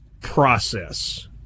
process